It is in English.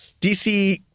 DC